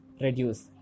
reduce